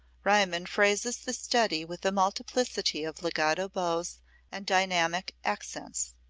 riemann phrases the study with a multiplicity of legato bows and dynamic accents.